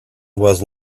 was